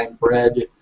bread